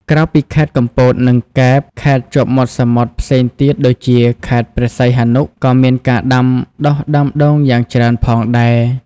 ក្រៅពីខេត្តកំពត និងកែប ខេត្តជាប់មាត់សមុទ្រផ្សេងទៀតដូចជា ខេត្តព្រះសីហនុ ក៏មានការដាំដុះដើមដូងយ៉ាងច្រើនផងដែរ។